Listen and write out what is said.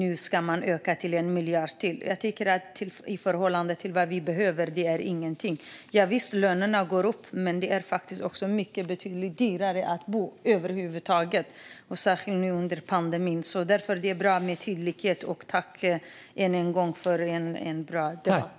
Nu ska man öka detta med 1 miljard, men i förhållande till vad vi behöver är det ingenting. Lönerna går upp, men det är faktiskt också betydligt dyrare att bo över huvud taget, särskilt nu under pandemin. Därför är det bra med tydlighet. Tack än en gång för en bra debatt!